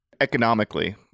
Economically